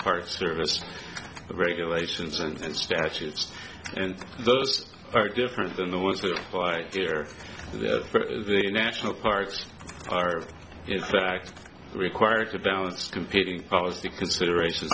park service regulations and statutes and those are different than the ones who fight here is the national parks are in fact required to balance competing policy consideration